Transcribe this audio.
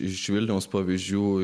iš vilniaus pavyzdžių